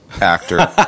actor